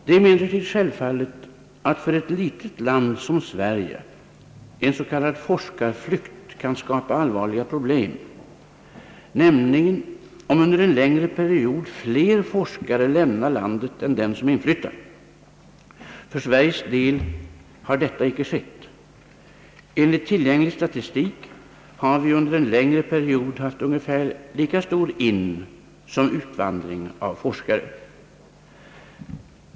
Det är självfallet, att för ett litet land som Sverige en s.k. forskarflykt kan skapa allvarliga problem, nämligen om under en längre period fler forskare lämnar landet än som inflyttar. För Sveriges del har detta inte skett. Enligt tillgänglig statistik har vi under en längre period haft ungefär lika stor insom utvandring av forskare.